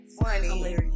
funny